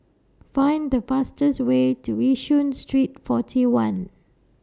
Find The fastest Way to Yishun Street forty one